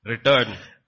Return